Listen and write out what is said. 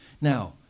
Now